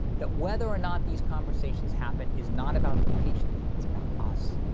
that whether or not these conversations happen is not about the patient. it's about us.